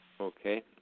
Okay